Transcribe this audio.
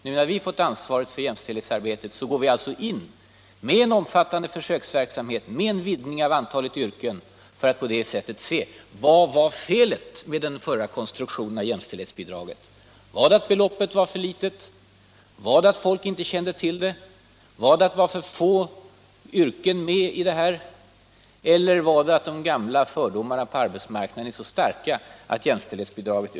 Nu har vi fått ansvaret för jämställdhetsarbetet och går alltså in med en omfattande försöksverksamhet, med en rejäl höjning av bidraget och med en vidgning av antalet yrken för att på det sättet kunna se vilket felet var med den förra konstruktionen av jämställdhetsbidraget. Var beloppet för litet? Berodde det på att folk inte kände till bidraget?